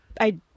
I-